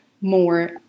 more